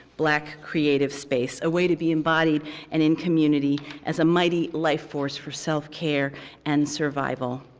black creative space, a way to be embodied and in community as a mighty life force for self-care and survival.